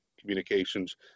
communications